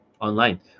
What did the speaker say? online